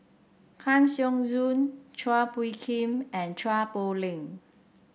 Kang Siong Joo Chua Phung Kim and Chua Poh Leng